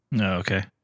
okay